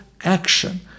action